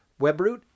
Webroot